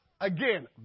again